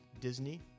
Disney